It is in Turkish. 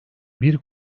bir